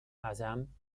asam